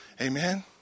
Amen